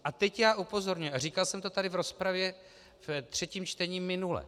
A teď upozorňuji a říkal jsem to tady v rozpravě ve třetím čtení minule.